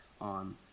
on